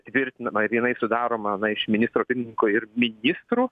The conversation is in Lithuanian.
tvirtinama ir jinai sudaroma na iš ministro pirmininko ir ministrų